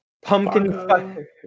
Pumpkin